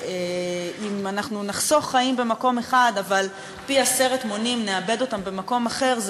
ואם אנחנו נחסוך חיים במקום אחד אבל עשרת מונים נאבד אותם במקום אחר,